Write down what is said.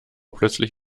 plötzlich